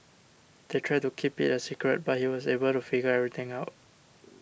they tried to keep it a secret but he was able to figure everything out